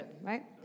right